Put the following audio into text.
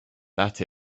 that